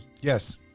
Yes